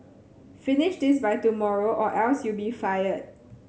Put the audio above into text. finish this by tomorrow or else you'll be fired